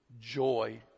joy